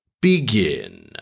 begin